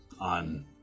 on